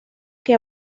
que